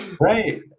Right